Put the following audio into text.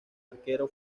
arquero